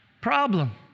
problem